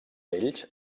ells